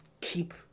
keep